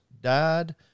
died